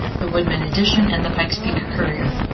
the woodman edition and the pikes peak courier,